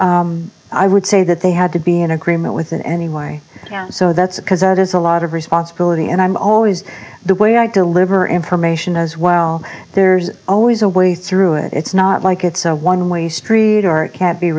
well i would say that they had to be in agreement with it anyway so that's because there's a lot of responsibility and i'm always the way i deliver information as well there's always a way through it it's not like it's a one way street or it can't be